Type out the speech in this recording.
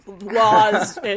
Laws